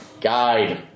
guide